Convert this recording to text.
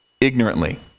ignorantly